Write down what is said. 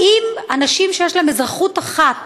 האם אנשים שיש להם אזרחות אחת,